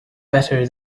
better